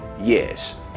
yes